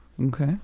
okay